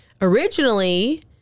originally